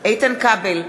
איתן כבל,